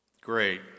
great